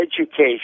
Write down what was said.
education